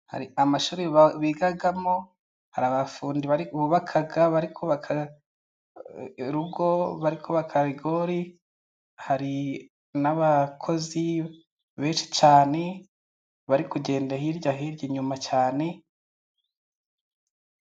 Hari amashuri bigamo, hari abafundi bubaka, bari kubaka rigori, hari n'abakozi benshi cyane, bari kugenda hirya hirya inyuma cyane,..